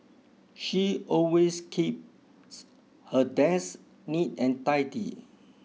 she always keeps her desk neat and tidy